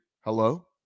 hello